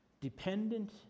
dependent